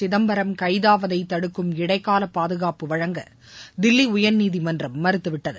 சிதம்பரம் கைதாவதை தடுக்கும் இடைக்கால பாதுகாப்பு வழங்க தில்லி உயர்நீதிமன்றம் மறுத்துவிட்டது